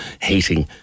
Hating